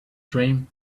dream